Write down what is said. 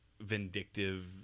vindictive